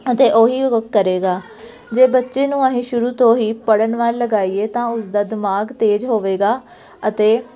ਅਤੇ ਉਹੀ ਉਹ ਕਰੇਗਾ ਜੇ ਬੱਚੇ ਨੂੰ ਅਸੀਂ ਸ਼ੁਰੂ ਤੋਂ ਹੀ ਪੜ੍ਹਨ ਵੱਲ ਲਗਾਈਏ ਤਾਂ ਉਸਦਾ ਦਿਮਾਗ ਤੇਜ਼ ਹੋਵੇਗਾ ਅਤੇ